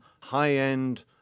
high-end